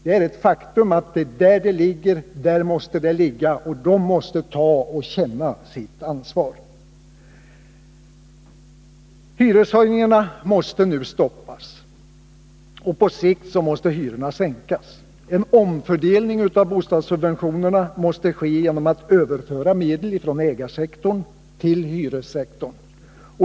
Det är ett faktum att där ansvaret ligger måste det ligga, och då måste man ta och känna ansvar. Hyreshöjningarna måste stoppas, och på sikt måste hyrorna sänkas. En omfördelning av bostadssubventionerna måste göras genom att medel från ägarsektorn överförs till hyressektorn.